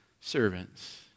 servants